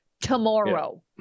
tomorrow